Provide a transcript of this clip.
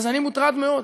אז אני מוטרד מאוד,